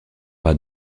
pas